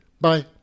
bye